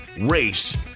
race